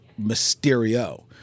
mysterio